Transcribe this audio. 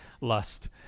Lust